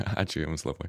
ačiū jums labai